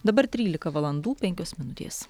dabar trylika valandų penkios minutės